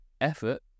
effort